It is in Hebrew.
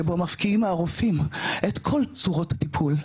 שבו מפקיעים מהרופאים את כל צורות הטיפול,